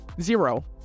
zero